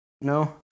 No